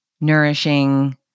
nourishing